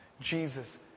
Jesus